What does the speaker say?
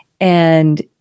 and-